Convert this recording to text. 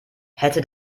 hätte